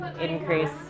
increase